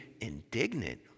indignant